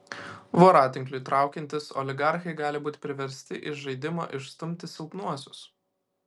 voratinkliui traukiantis oligarchai gali būti priversti iš žaidimo išstumti silpnuosius